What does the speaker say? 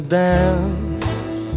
dance